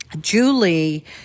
Julie